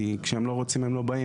כי כשהם לא רוצים הם לא באים,